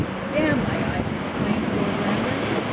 damn my eyes! exclaimed lord lambeth.